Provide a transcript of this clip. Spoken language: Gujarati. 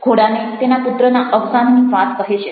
ઘોડાને તેના પુત્રના અવસાનની વાત કહે છે